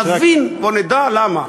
שנבין ונדע למה.